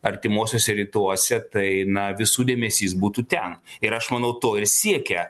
artimuosiuose rytuose tai na visų dėmesys būtų ten ir aš manau to ir siekia